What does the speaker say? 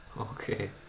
Okay